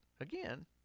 Again